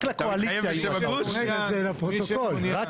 רק